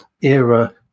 era